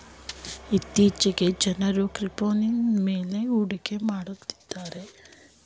ಇತ್ತೀಚೆಗೆ ಜನರು ಕ್ರಿಪ್ತೋಕರೆನ್ಸಿ ಮೇಲು ಹೂಡಿಕೆ ಮಾಡುತ್ತಿದ್ದಾರೆ